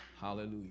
hallelujah